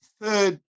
third